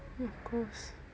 of course